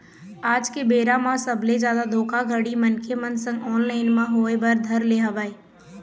आज के बेरा म सबले जादा धोखाघड़ी मनखे मन संग ऑनलाइन म होय बर धर ले हवय